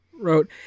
wrote